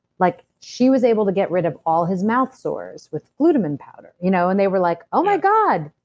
like she was able to get rid of all his mouth sores with glutamine powder. you know and they were like, oh, my god,